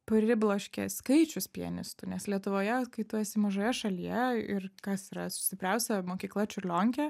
pribloškė skaičius pianistų nes lietuvoje kai tu esi mažoje šalyje ir kas yra stipriausia mokykla čiurlionkė